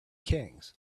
kings